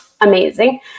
amazing